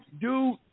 dude